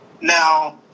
Now